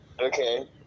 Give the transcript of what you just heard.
Okay